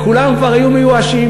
וכולם כבר היו מיואשים.